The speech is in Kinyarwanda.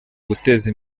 guteza